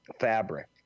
fabric